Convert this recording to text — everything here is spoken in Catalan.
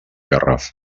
garraf